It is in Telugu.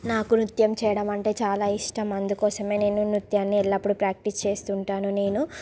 నాకు నృత్యం చేయడం అంటే చాలా ఇష్టం అందుకోసమే నేను నృత్యాన్ని ఎల్లప్పుడు ప్రాక్టీసు చేస్తు ఉంటాను నేను